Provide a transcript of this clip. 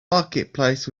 marketplace